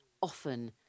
often